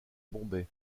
bombay